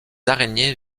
araignées